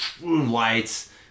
lights